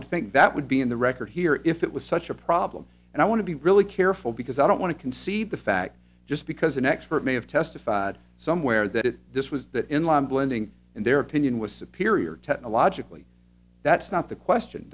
would think that would be in the record here if it was such a problem and i want to be really careful because i don't want to concede the fact just because an expert may have testified somewhere that this was that in line blending and their opinion was superior technologically that's not the question